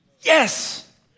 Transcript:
yes